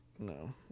No